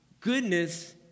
goodness